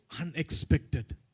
unexpected